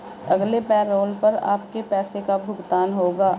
अगले पैरोल पर आपके पैसे का भुगतान होगा